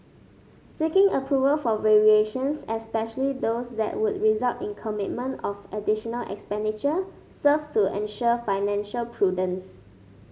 seeking approval for variations especially those that would result in commitment of additional expenditure serves to ensure financial prudence